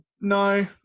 no